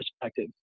perspective